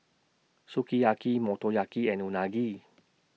Sukiyaki Motoyaki and Unagi